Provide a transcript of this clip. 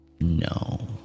No